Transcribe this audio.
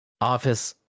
Office